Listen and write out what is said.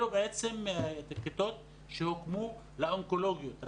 אלה כיתות שהוקמו לאונקולוגיה.